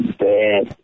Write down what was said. bad